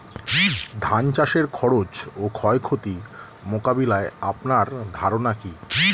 ধান চাষের খরচ ও ক্ষয়ক্ষতি মোকাবিলায় আপনার ধারণা কী?